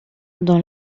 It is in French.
dans